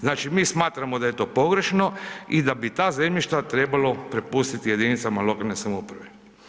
Znači mi smatramo da je to pogrešno i da bi ta zemljišta trebalo prepustiti jedinicama lokalne samouprave.